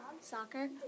Soccer